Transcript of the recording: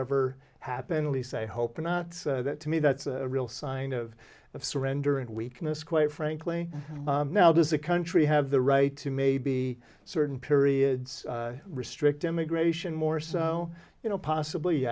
ever happen at least i hope not that to me that's a real sign of of surrender and weakness quite frankly now does a country have the right to maybe certain periods restrict immigration more so you know possibly